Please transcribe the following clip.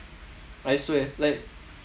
I swear like